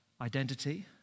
identity